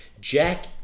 Jack